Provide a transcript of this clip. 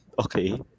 Okay